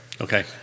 Okay